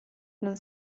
non